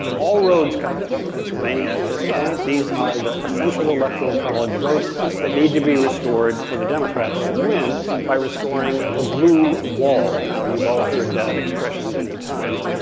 all roads come through pennsylvania at this point. these are the essential electoral college votes that need to be restored for the democrats to win by restoring the blue wall now, you've all heard that expression many times.